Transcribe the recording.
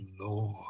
Lord